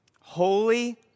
holy